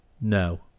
No